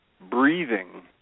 breathing